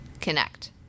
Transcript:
connect